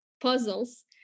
puzzles